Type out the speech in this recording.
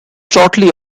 shortly